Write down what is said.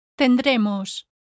tendremos